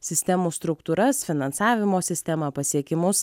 sistemų struktūras finansavimo sistemą pasiekimus